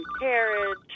carriage